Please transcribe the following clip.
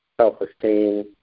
self-esteem